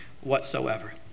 whatsoever